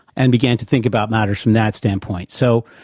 and began to think about matters from that standpoint. so,